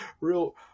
real